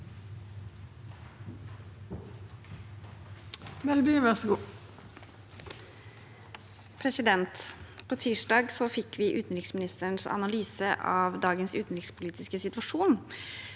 Tirsdag fikk vi utenriks- ministerens analyse av dagens utenrikspolitiske situasjon.